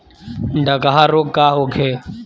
डकहा रोग का होखे?